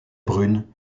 brune